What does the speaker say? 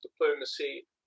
diplomacy